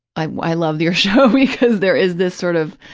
i love your show, because there is this sort of,